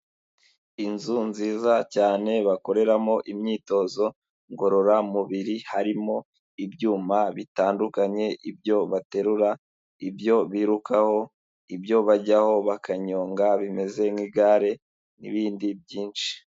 Inzu nziza cyane bakoreramo imyitozo ngororamubiri, harimo ibyuma bitandukanye ibyo baterura, ibyo birukaho, ibyo bajyaho bakanyonga bimeze nk'igare n'ibindi byinshi.